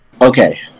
okay